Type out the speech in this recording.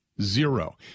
zero